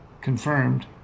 Confirmed